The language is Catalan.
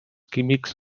químics